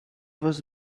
was